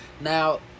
Now